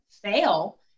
fail